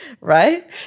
right